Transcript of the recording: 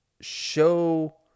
show